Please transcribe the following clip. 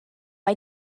mae